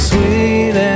Sweet